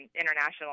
International